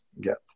get